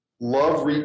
love